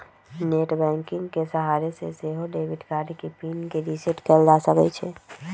net banking के सहारे से सेहो डेबिट कार्ड के पिन के रिसेट कएल जा सकै छइ